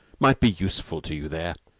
might be useful to you there.